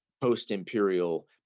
post-imperial